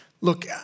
Look